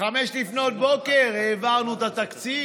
ב-05:00 העברנו את התקציב.